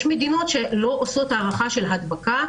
יש מדינות שלא עושות הערכה של הדבקה,